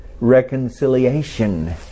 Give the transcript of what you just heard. Reconciliation